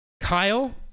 Kyle